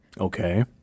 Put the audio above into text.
Okay